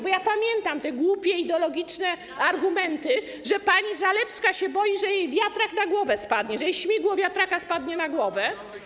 Bo ja pamiętam głupie ideologiczne argumenty, że pani Zalewska się boi, że jej wiatrak na głowę spadnie, że jej śmigło wiatraka spadnie na głowę.